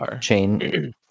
chain